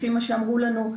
לפי מה שאמרו לנו,